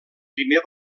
primer